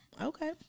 Okay